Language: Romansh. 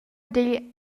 digl